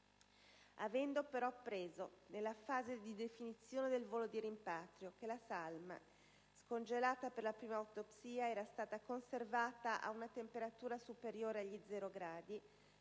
Avendo però appreso, nella fase di definizione del volo di rimpatrio, che la salma, scongelata per la prima autopsia, era stata conservata ad una temperatura superiore a zero gradi